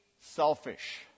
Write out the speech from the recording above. selfish